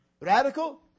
radical